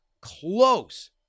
close